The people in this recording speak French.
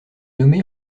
nommée